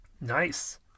Nice